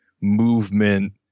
movement